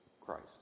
Christ